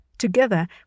together